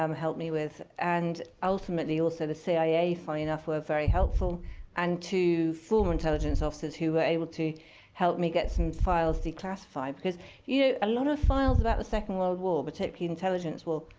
um help me with. and ultimately, also, the cia, funny enough, were very helpful and two former intelligence officers, who were able to help me get some files declassified. because you know a lot of files about the second world war, particularly intelligence war,